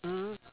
uh